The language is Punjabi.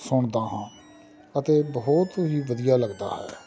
ਸੁਣਦਾ ਹਾਂ ਅਤੇ ਬਹੁਤ ਹੀ ਵਧੀਆ ਲੱਗਦਾ ਹੈ